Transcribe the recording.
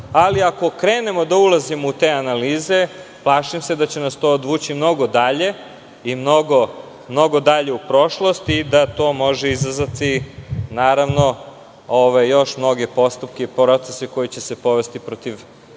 ali ako krenemo da ulazimo u te analize, plašim se da će nas to odvući mnogo dalje u prošlosti i da to može izazvati još mnoge postupke i procese koji će se povesti protiv